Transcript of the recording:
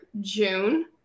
June